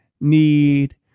need